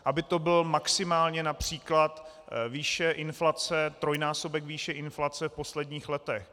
Aby to byla maximálně např. výše inflace, trojnásobek výše inflace v posledních letech.